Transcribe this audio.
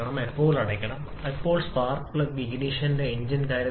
അതിനാൽ രൂപകൽപ്പനയ്ക്കും നിർമ്മാണ കാഴ്ചപ്പാടിനും ഇന്ധന വായു ചക്രം കൂടുതലായിരിക്കും പ്രധാനം